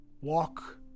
walk